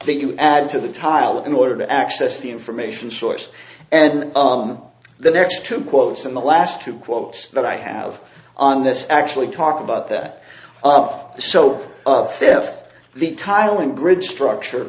that you add to the tile in order to access the information source and on the next two quotes in the last two quotes that i have on this actually talk about that up so fifth the tiling bridge structure